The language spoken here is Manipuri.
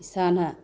ꯏꯁꯥꯅ